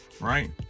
right